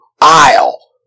aisle